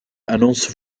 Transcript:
annonce